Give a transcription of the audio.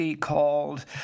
called